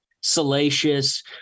salacious